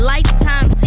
Lifetime